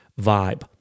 vibe